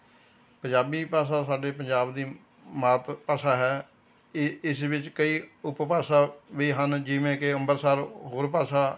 ਪੰਜਾਬੀ ਭਾਸ਼ਾ ਸਾਡੇ ਪੰਜਾਬ ਦੀ ਮਾਤ ਭਾਸ਼ਾ ਹੈ ਇ ਇਸ ਵਿੱਚ ਕਈ ਉਪਭਾਸ਼ਾ ਵੀ ਹਨ ਜਿਵੇਂ ਕਿ ਅੰਬਰਸਰ ਹੋਰ ਭਾਸ਼ਾ